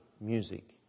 music